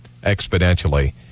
exponentially